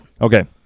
Okay